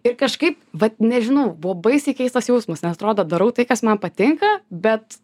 ir kažkaip vat nežinau buvo baisiai keistas jausmas nes atrodo darau tai kas man patinka bet